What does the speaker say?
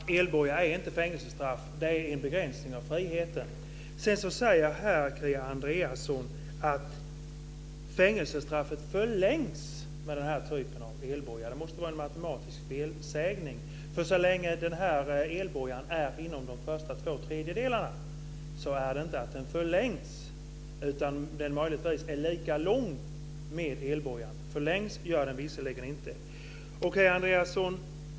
Herr talman! Elboja är inte fängelsestraff. Det är en begränsning av friheten. Kia Andreasson säger här att fängelsestraffet förlängs med den här typen av elboja. Det måste vara en matematisk felsägning. Så länge elbojan används inom de första två tredjedelarna av straffet förlängs inte straffet. Straffet är möjligtvis lika långt med elbojan, men det förlängs inte.